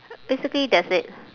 basically that's it